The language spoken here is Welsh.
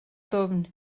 ddwfn